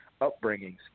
upbringings